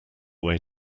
way